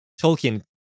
Tolkien